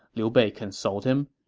liu bei consoled him.